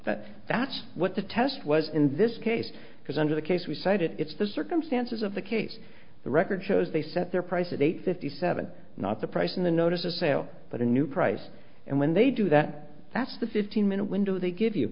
that that's what the test was in this case because under the case we cited it's the circumstances of the case the record shows they set their prices eight fifty seven not the price in the notice of sale but a new price and when they do that that's the fifteen minute window they give you